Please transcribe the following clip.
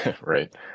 Right